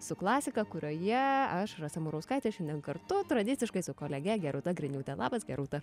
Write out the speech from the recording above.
su klasika kurioje aš rasa murauskaitė šiandien kartu tradiciškai su kolege gerūta griniūte labas gerūta